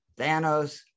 thanos